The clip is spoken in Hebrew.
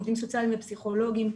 עובדים סוציאליים ופסיכולוגים,